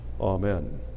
amen